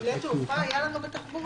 נמלי תעופה היה לנו בתחבורה.